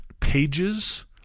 pages